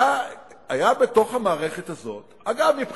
היה בתוך המערכת הזאת, אגב, מבחינתי,